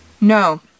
No